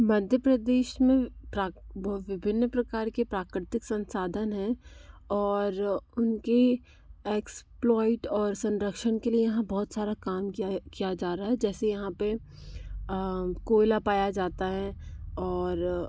मध्य प्रदेश में विभिन्न प्रकार के प्राकृतिक संसाधन हैं और उनके एक्सप्लोइट और संरक्षन के लिए यहाँ बहुत सारा काम किया है किया जा रहा है जैसे यहाँ पर कोयला पाया जाता है और